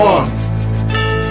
One